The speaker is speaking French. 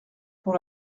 pour